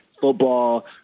football